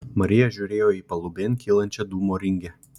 marija žiūrėjo į palubėn kylančią dūmo ringę